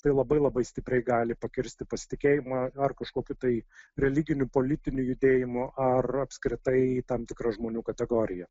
tai labai labai stipriai gali pakirsti pasitikėjimą ar kažkokiu tai religiniu politiniu judėjimu ar apskritai tam tikra žmonių kategorija